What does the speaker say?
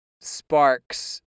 sparks